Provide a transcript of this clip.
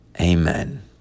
amen